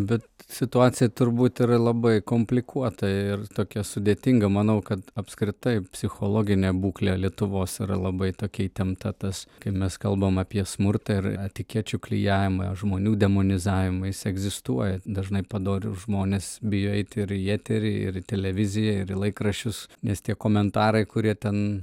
bet situacija turbūt yra labai komplikuota ir tokia sudėtinga manau kad apskritai psichologinė būklė lietuvos yra labai tokia įtempta tas kai mes kalbam apie smurtą ir etikečių klijavimą žmonių demonizavimą jis egzistuoja dažnai padorūs žmonės bijo eiti ir į eterį ir į televiziją ir į laikraščius nes tie komentarai kurie ten